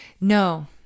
no